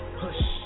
push